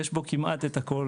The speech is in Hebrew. יש בו כמעט את הכול,